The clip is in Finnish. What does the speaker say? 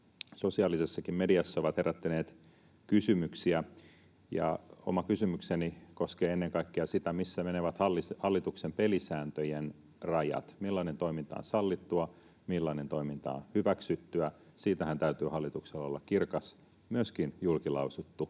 sosiaalisessakin mediassa ovat herättäneet kysymyksiä. Oma kysymykseni koskee ennen kaikkea sitä, missä menevät hallituksen pelisääntöjen rajat: millainen toiminta on sallittua, millainen toiminta on hyväksyttyä? Siitähän täytyy hallituksella olla kirkas, myöskin julkilausuttu